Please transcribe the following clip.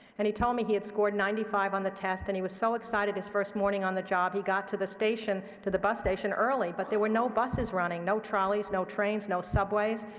and he told me he had scored ninety five on the test, and he was so excited his first morning on the job he got to the station, to the bus station, early, but there were no buses running, no trolleys, no trains, no subways.